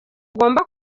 ugomba